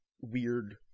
weird